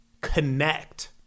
connect